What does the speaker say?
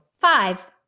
Five